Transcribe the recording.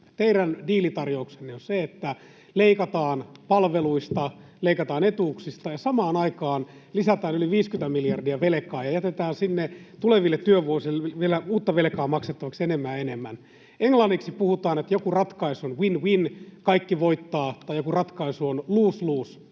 Teidän diilitarjouksenne on se, että leikataan palveluista, leikataan etuuksista ja samaan aikaan lisätään yli 50 miljardia velkaa ja jätetään sinne tuleville työvuosille vielä uutta velkaa maksettavaksi enemmän ja enemmän. Englanniksi puhutaan, että joku ratkaisu on win—win, kaikki voittavat, tai joku ratkaisu on lose—lose,